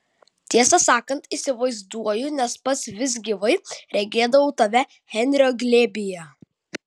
tiesą sakant įsivaizduoju nes pats vis gyvai regėdavau tave henrio glėbyje